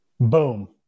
Boom